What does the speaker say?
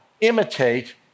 imitate